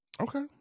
Okay